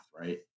right